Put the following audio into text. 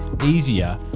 easier